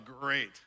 great